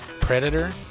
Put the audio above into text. Predator